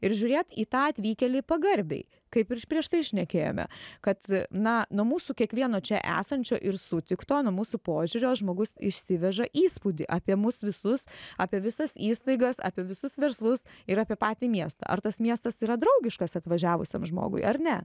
ir žiūrėt į tą atvykėlį pagarbiai kaip ir prieš tai šnekėjome kad na nuo mūsų kiekvieno čia esančio ir sutikto nuo mūsų požiūrio žmogus išsiveža įspūdį apie mus visus apie visas įstaigas apie visus verslus ir apie patį miestą ar tas miestas yra draugiškas atvažiavusiam žmogui ar ne